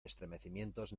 estremecimientos